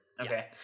Okay